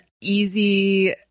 easy